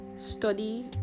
Study